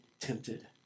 tempted